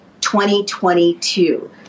2022